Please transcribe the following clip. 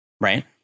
right